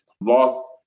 lost